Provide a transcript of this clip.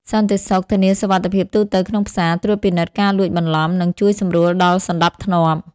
សន្តិសុខ ធានាសុវត្ថិភាពទូទៅក្នុងផ្សារ ត្រួតពិនិត្យការលួចបន្លំ និងជួយសម្រួលដល់សណ្តាប់ធ្នាប់។